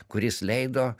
kuris leido